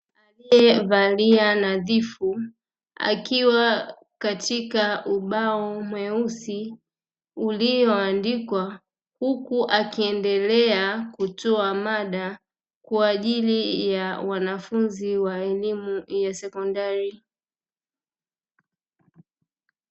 Aliyevalia nadhifu, akiwa katika ubao mweusi ulioandikwa huku akiendelea kutoa mada kwa ajili ya wanafunzi wa elimu ya sekondari.